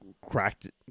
cracked